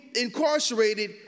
incarcerated